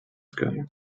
sky